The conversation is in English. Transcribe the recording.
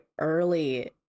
early